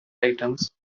items